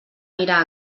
mirar